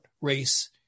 race